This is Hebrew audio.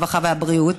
הרווחה והבריאות?